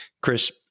Chris